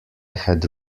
had